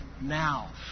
now